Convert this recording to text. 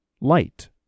light